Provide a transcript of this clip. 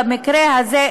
במקרה הזה,